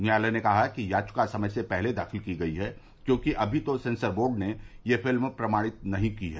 न्यायालय ने कहा कि याचिका समय से पहले दाखिल की गई है क्योंकि अभी तो सेंसर बोर्ड ने यह फिल्म प्रमाणित नही की है